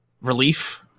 relief